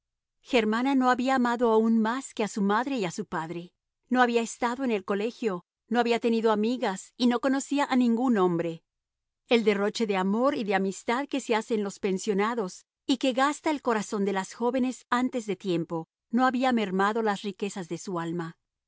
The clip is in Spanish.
germana no había amado aún más que a su madre y a su padre no había estado en el colegio no había tenido amigas y no conocía a ningún hombre el derroche de amor y de amistad que se hace en los pensionados y que gasta el corazón de las jóvenes antes de tiempo no había mermado las riquezas de su alma